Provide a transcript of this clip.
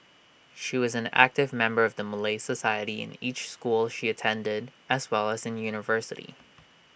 she was an active member of the Malay society in each school she attended as well as in university